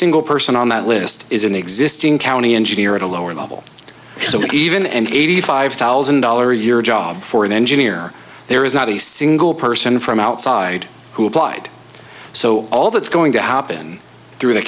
single person on that list is an existing county engineer at a lower level so even and eighty five thousand dollars a year job for an engineer there is not a single person from outside who applied so all that's going to happen through the